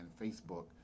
Facebook